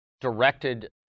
directed